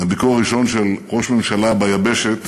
ביקור ראשון של ראש ממשלה ביבשת